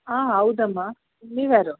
ಹಾಂ ಹೌದಮ್ಮ ನೀವು ಯಾರು